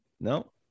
no